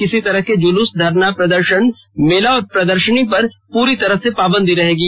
किसी तरह के जुलूस धरना प्रदर्शन मेला और प्रदर्शनी पर पूरी तरह से पावंदी रहेगी